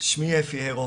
שמי אפי הרו